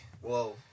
Whoa